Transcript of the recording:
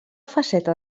faceta